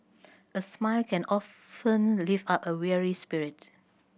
a smile can often lift up a weary spirit